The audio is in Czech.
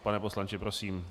Pane poslanče, prosím.